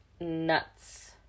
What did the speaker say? nuts